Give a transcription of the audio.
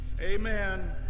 amen